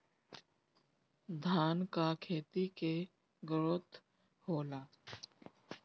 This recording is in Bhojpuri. धान का खेती के ग्रोथ होला?